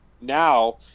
now